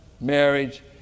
marriage